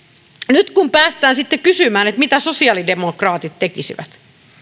nyt kun päästään sitten kysymään mitä sosiaalidemokraatit tekisivät